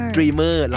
Dreamer